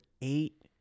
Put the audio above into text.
eight